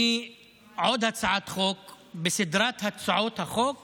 היא עוד הצעת חוק בסדרת הצעות החוק